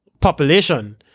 population